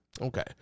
okay